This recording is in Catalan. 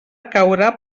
caurà